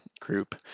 group